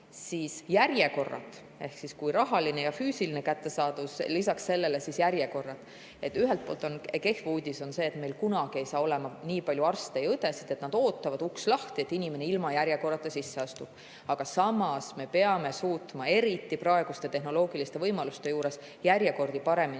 siis järjekorrad. Ehk lisaks rahalisele ja füüsilisele kättesaadavusele [on probleem] järjekordadega. Ühelt poolt on kehv uudis see, et meil kunagi ei saa olema nii palju arste ja õdesid, et nad ootaksid, uks lahti, et inimene ilma järjekorras ootamata sisse astuks. Aga samas me peame suutma, eriti praeguste tehnoloogiliste võimalustega, järjekordi paremini